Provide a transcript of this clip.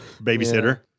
Babysitter